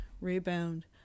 rebound